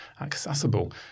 accessible